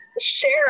share